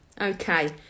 okay